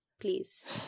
Please